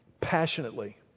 passionately